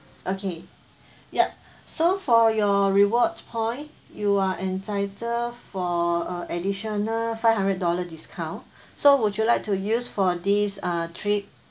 okay yup so for your reward point you are entitled for a additional five hundred dollar discount so would you like to use for this uh trip